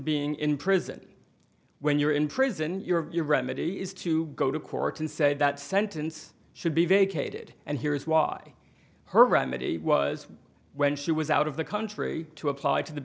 being in prison when you're in prison you're your remedy is to go to court and said that sentence should be vacated and here's why her remedy was when she was out of the country to apply to the